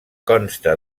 consta